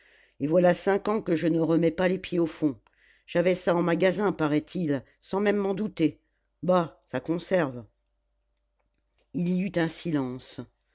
et voilà cinq ans que je ne remets pas les pieds au fond j'avais ça en magasin paraît-il sans même m'en douter bah ça conserve il y eut un silence